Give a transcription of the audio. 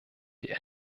die